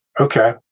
okay